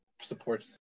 supports